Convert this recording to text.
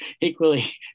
equally